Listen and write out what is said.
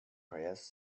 prayers